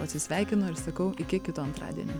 atsisveikinu ir sakau iki kito antradienio